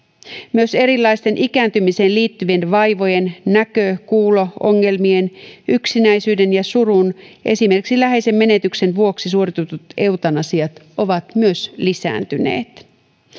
myös erilaisten ikääntymiseen liittyvien vaivojen näkö ja kuulo ongelmien yksinäisyyden ja surun esimerkiksi läheisen menetyksen vuoksi suoritetut eutanasiat ovat myös lisääntyneet